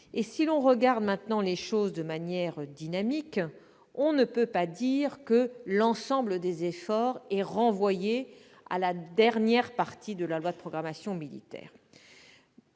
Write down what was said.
En considérant la situation de manière dynamique, on ne peut pas dire que l'ensemble des efforts sont renvoyés à la dernière partie de la loi de programmation militaire.